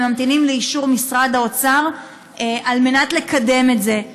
והם ממתינים לאישור משרד האוצר על מנת לקדם את זה.